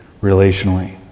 relationally